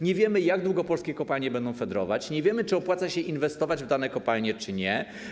Nie wiemy, jak długo polskie kopalnie będą fedrować, nie wiemy, czy opłaca się inwestować w dane kopalnie, czy nie.